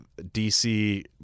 DC